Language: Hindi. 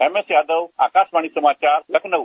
एमएस यादव आकाशवाणी समाचार लखनऊ